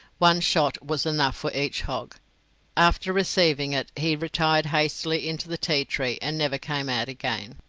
one shot was enough for each hog after receiving it he retired hastily into the tea-tree and never came out again.